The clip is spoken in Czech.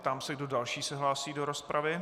Ptám se, kdo další se hlásí do rozpravy.